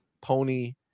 Pony